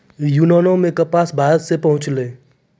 यूनानो मे कपास भारते से पहुँचलै